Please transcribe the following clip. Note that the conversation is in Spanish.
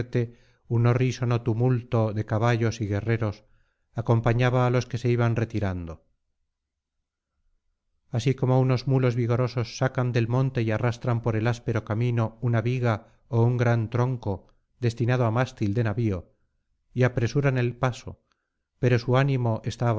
un horrísono tumulto de caballos y guerreros acompañaba á los que se iban retirando así como unos mulos vigorosos sacan del monte y arrastran por áspero camino una viga ó un gran tronco destinado á mástil de navio y apresuran el paso pero su ánimo está